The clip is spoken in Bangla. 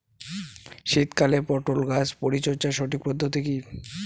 শীতকালে পটল গাছ পরিচর্যার সঠিক পদ্ধতি কী?